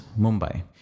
Mumbai